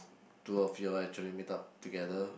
two of you all actually meet up together